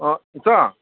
ꯑꯥ ꯏꯆꯥ